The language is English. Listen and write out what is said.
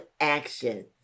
action